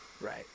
Right